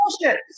bullshit